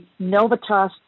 Novitas